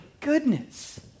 goodness